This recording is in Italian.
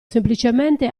semplicemente